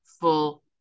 full